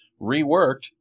reworked